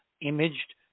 imaged